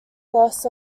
loss